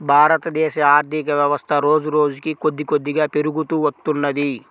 భారతదేశ ఆర్ధికవ్యవస్థ రోజురోజుకీ కొద్దికొద్దిగా పెరుగుతూ వత్తున్నది